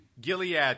Gilead